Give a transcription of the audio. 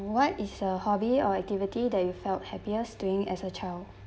what is a hobby or activity that you felt happiest during as a child